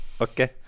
Okay